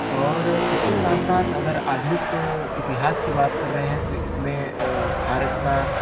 और इसके साथ साथ अगर आधुनिक अ इतिहास की बात कर रहे हैं तो इसमें अ भारत का